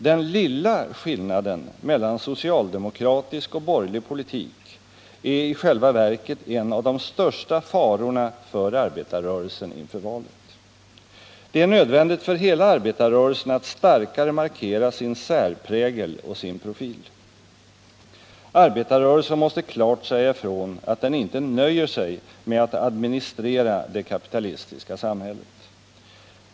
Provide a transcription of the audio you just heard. Den lilla skillnaden mellan socialdemokratisk och borgerlig politik är i själva verket en av de största farorna för arbetarrörelsen inför valet. Det är nödvändigt för hela arbetarrörelsen att starkare markera sin särprägel och sin profil. Arbetarrörelsen måste klart säga ifrån att den inte nöjer sig med att administrera det kapitalistiska samhället.